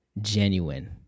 genuine